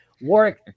Warwick